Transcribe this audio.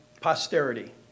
posterity